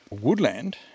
Woodland